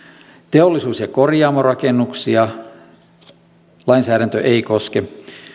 teollisuus ja korjaamorakennuksia lainsäädäntö ei koske